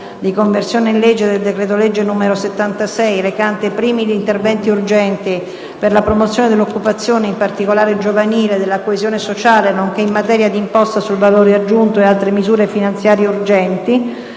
di conversione in legge del decreto-legge n. 76, recante primi interventi urgenti per la promozione dell'occupazione, in particolare giovanile, della coesione sociale, nonché in materia di imposta sul valore aggiunto (IVA) e altre misure finanziarie urgenti,